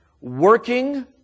Working